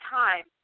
time